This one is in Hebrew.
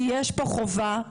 כי יש פה חובה.